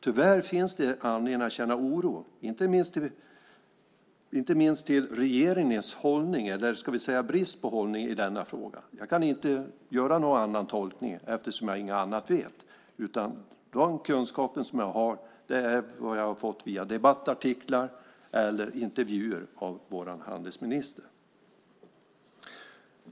Tyvärr finns det anledning att känna oro, inte minst över regeringens brist på hållning i denna fråga. Jag kan inte göra någon annan tolkning eftersom jag inget annat vet, utan den kunskap som jag har är den som jag har fått via debattartiklar eller intervjuer av vår handelsminister.